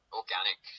organic